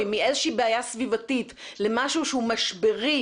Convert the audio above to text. מאיזושהי בעיה סביבתית למשהו שהוא משברי,